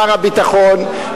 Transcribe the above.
שר הביטחון,